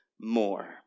more